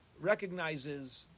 recognizes